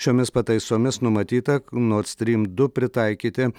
šiomis pataisomis numatyta nord strym du pritaikyti